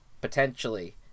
potentially